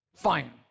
Fine